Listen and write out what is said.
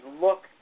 look